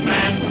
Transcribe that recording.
Man